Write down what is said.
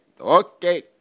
okay